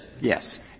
Yes